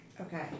Okay